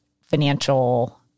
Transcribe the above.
financial